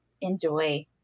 enjoy